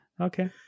Okay